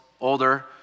older